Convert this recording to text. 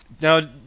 now